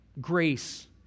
grace